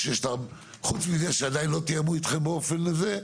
חוץ מזה שעדיין לא תיאמו איתכם באופן רשמי,